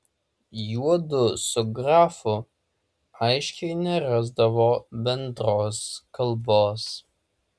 juodu su grafu aiškiai nerasdavo bendros kalbos